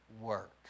work